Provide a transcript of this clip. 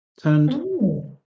turned